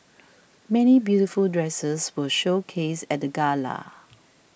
many beautiful dresses were showcased at the gala